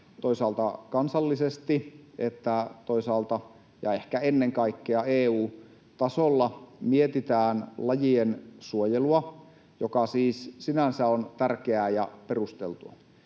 toisaalta, ja ehkä ennen kaikkea, EU-tasolla mietitään lajien suojelua, joka siis sinänsä on tärkeää ja perusteltua,